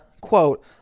quote